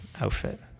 outfit